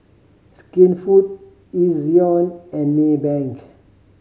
Skinfood Ezion and Maybank